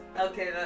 Okay